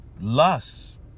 lust